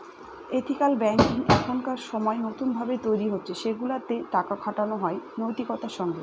ethical banking এখনকার সময় নতুন ভাবে তৈরী হচ্ছে সেগুলাতে টাকা খাটানো হয় নৈতিকতার সঙ্গে